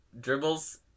dribbles